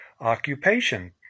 occupation